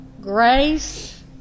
Grace